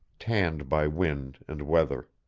tanned by wind and weather.